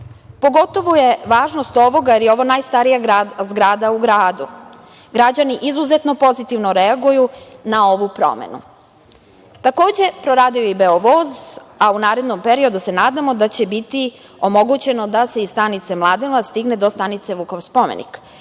Pogotovo je važnost ovoga, jer je ovo najstarija zgrada u gradu. Građani izuzetno pozitivno reaguju na ovu promenu. Takođe, proradio je i „Beo voz“, a u narednom periodu se nadamo da će biti omogućeno da se iz stanice Mladenovac stigne do stanice Vukov spomenik.